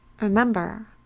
Remember